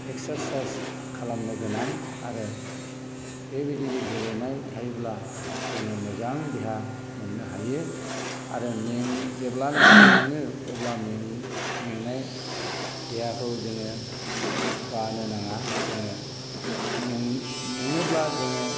exercise खालामनो गोनां आरो बेबायदि गेलेनाय थायोब्ला जोङो मोजां देहा मोन्नो हायो आरो में जेब्लानाखि मेङो अब्ला में मेंनाय देहाखौ जोङो बानो नाङा जोङो में मेङोब्ला जोङो